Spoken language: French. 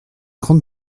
grande